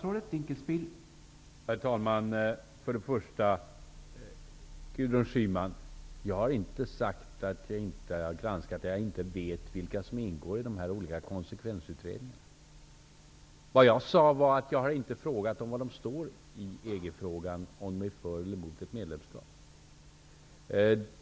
Herr talman! Jag har inte sagt att jag inte har granskat vem som ingår i de olika konsekvensutredningarna, Gudrun Schyman. Det jag sade var att jag inte har frågat dem var de står i EG-frågan -- om de är för eller emot ett medlemskap.